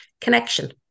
connection